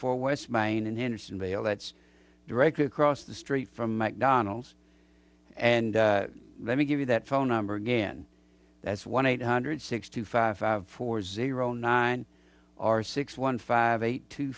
four west main in henderson vale that's directly across the street from mcdonald's and let me give you that phone number again that's one eight hundred sixty five four zero nine are six one five eight two